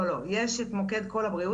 יש את מוקד קול הבריאות,